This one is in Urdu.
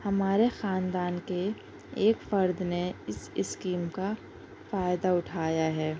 ہمارے خاندان کے ایک فرد نے اس اسکیم کا فائدہ اٹھایا ہے